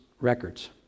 records